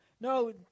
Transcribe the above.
No